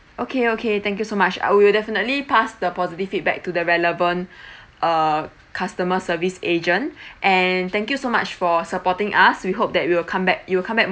okay okay thank you so much I will definitely pass the positive feedback to the relevant uh customer service agent and thank you so much for supporting us we hope that we'll come back you'll come back